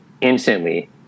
instantly